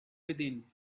within